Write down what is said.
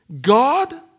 God